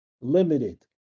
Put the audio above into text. limited